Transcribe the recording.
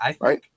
Right